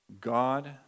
God